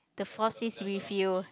the force is with you